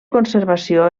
conservació